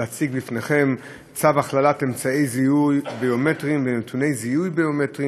להציג בפניכם צו הכללת אמצעי זיהוי ביומטריים ונתוני זיהוי ביומטריים